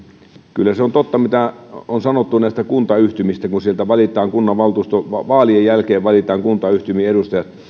kyllä se on totta mitä on sanottu näistä kuntayhtymistä kun siellä kunnanvaltuustoon valitaan vaalien jälkeen kuntayhtymien edustajat